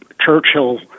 churchill